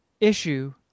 issue